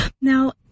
Now